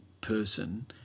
person